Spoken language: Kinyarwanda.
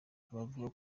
abavuga